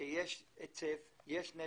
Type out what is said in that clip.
שיש היצף, שיש נזק.